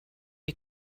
you